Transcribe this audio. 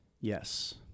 Yes